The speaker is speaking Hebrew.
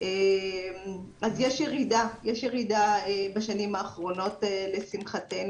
יש ירידה בשנים האחרונות לשמחתנו.